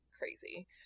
crazy